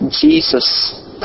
Jesus